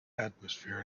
atmosphere